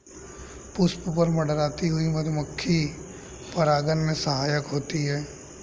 पुष्प पर मंडराती हुई मधुमक्खी परागन में सहायक होती है